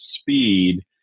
speed